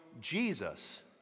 Jesus